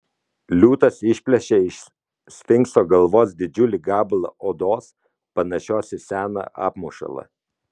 liūtas išplėšė iš sfinkso galvos didžiulį gabalą odos panašios į seną apmušalą